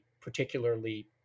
particularly